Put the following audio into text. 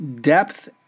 depth